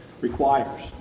requires